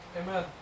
Amen